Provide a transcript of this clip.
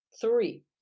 Three